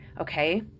Okay